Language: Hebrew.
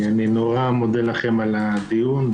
אני נורא מודה לכם על הדיון.